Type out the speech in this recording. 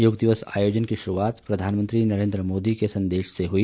योग दिवस आयोजन की शुरूआत प्रधानमंत्री नरेन्द्र मोदी के संदेश से हुई